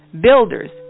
builders